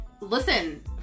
listen